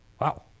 Wow